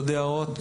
עוד הערות.